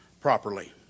properly